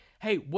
hey